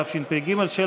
התשפ"ג 2022,